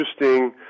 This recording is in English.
interesting